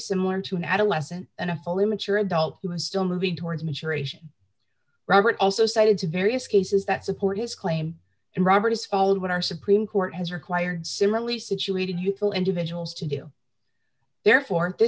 similar to an adolescent and a fully mature adult who is still moving towards mature asian robert also cited to various cases that support his claim and robert has followed what our supreme court has required similarly situated youthful individuals to do therefore th